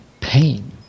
pain